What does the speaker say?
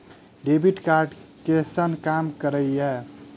Debit card कैसन काम करेया?